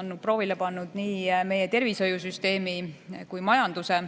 on proovile pannud nii meie tervishoiusüsteemi kui majanduse.